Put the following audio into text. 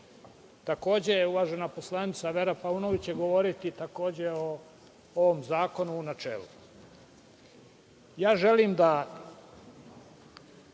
Takođe uvažena poslanica Vera Paunović će govoriti takođe o ovom zakonu u načelu. Želim da